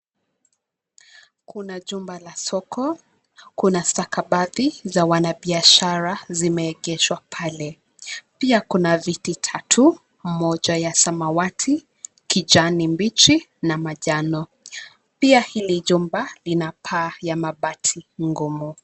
Kuna jumba la soko, kuna stakabadhi za wanabiashara zimeegeshwa pale. Pia kuna viti tatu, moja ya samawati, kijani mbichi na manjano. Pia hili jumba lina paa ya mabati ngumu.